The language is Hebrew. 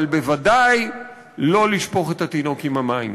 אבל בוודאי לא לשפוך את התינוק עם המים.